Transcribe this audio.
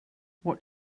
what